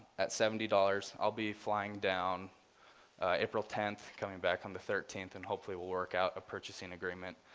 at seventy dollars. i'll be flying down april tenth, coming back on the thirteenth and hopefully, we'll work out a purchasing agreement.